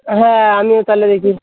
হ্যাঁ আমিও তাহলে দেখি